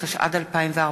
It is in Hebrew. התשע"ד 2014,